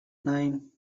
nine